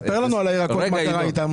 ספר לנו על הירקות, מה קרה איתם.